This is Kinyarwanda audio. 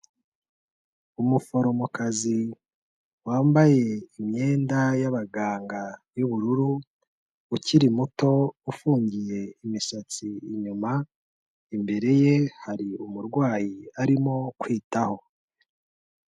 Umuforomokazi wambaye imyenda y'abaganga y'ubururu ukiri muto ufungiye imisatsi inyuma, imbere ye hari umurwayi arimo kwitaho.